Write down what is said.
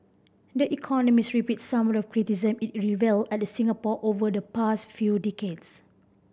the Economist repeats some of the criticism it levelled at Singapore over the past few decades